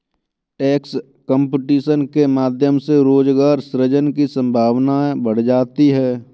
tax competition के माध्यम से रोजगार सृजन की संभावना बढ़ जाती है